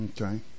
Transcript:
Okay